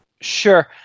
Sure